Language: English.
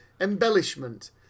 embellishment